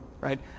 right